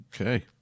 Okay